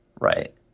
right